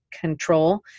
control